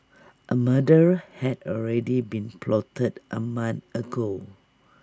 A murder had already been plotted A month ago